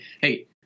Hey